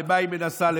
למה היא חותרת?